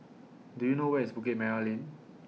Do YOU know Where IS Bukit Merah Lane